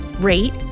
rate